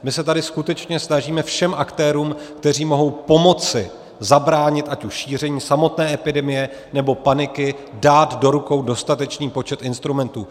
My se tady skutečně snažíme všem aktérům, kteří mohou pomoci zabránit ať už šíření samotné epidemie, nebo paniky, dát do rukou dostatečný počet instrumentů.